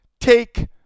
Take